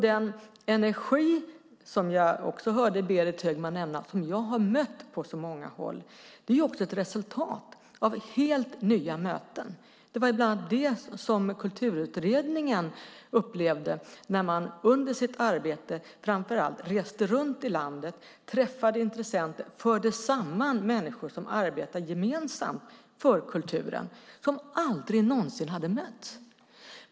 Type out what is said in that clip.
Den energi, som jag också hörde Berit Högman nämna, som jag har mött på många håll är ett resultat av helt nya möten. Det var bland annat det som Kulturutredningen upplevde när man under sitt arbete framför allt reste runt i landet och träffade intressenter och förde samman människor som arbetar gemensamt för kulturen som aldrig någonsin hade mötts.